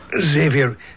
Xavier